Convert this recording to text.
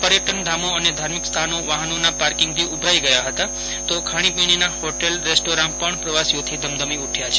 પર્યટન ધામો અને ધાર્મિક સ્થાનો વાહનોના પાર્કિંગથી ઉભરાઈ ગયા હતા તો ખાણીપીજીના હોટેલ રેસ્ટોરાં પજ્ઞ પ્રવાસીઓથી ધમધમી ઉઠયા છે